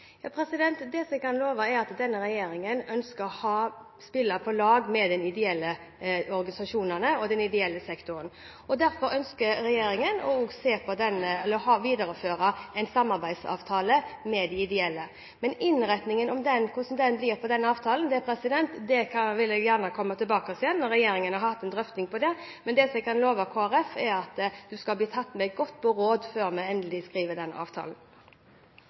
Det jeg lover er at denne regjeringen ønsker å spille på lag med de ideelle organisasjonene og den ideelle sektoren. Derfor ønsker regjeringen å videreføre samarbeidsavtalen med de ideelle organisasjonene. Men innretningen på den avtalen vil jeg gjerne komme tilbake til når regjeringen har hatt en drøfting av den. Det jeg kan love Kristelig Folkeparti, er at de skal bli tatt godt med på råd før vi endelig skriver den avtalen.